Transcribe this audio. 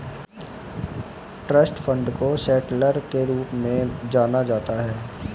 trust fund को settler के रूप में जाना जाता है